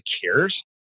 cares